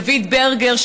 דוד ברגר,